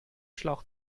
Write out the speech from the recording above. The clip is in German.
schlauch